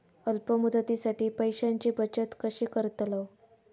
अल्प मुदतीसाठी पैशांची बचत कशी करतलव?